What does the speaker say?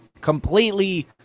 Completely